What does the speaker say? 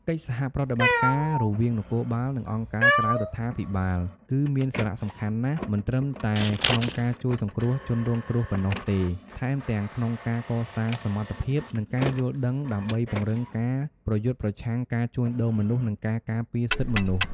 កិច្ចសហប្រតិបត្តិការរវាងនគរបាល និងអង្គការក្រៅរដ្ឋាភិបាលគឺមានសារៈសំខាន់ណាស់ មិនត្រឹមតែក្នុងការជួយសង្គ្រោះជនរងគ្រោះប៉ុណ្ណោះទេ ថែមទាំងក្នុងការកសាងសមត្ថភាព និងការយល់ដឹងដើម្បីពង្រឹងការប្រយុទ្ធប្រឆាំងការជួញដូរមនុស្ស និងការពារសិទ្ធិមនុស្ស។